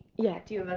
yeah. do you have a